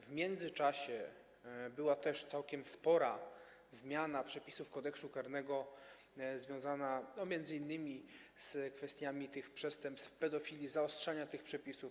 W międzyczasie była też całkiem spora zmiana przepisów Kodeksu karnego związana m.in. z kwestiami przestępstw pedofilii, zaostrzenia tych przepisów.